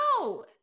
no